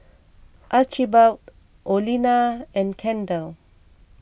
Archibald Olena and Kendal